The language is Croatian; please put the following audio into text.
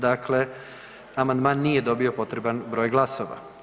Dakle, amandman nije dobio potreban broj glasova.